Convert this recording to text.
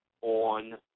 on